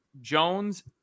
Jones